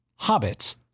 hobbits